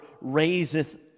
raiseth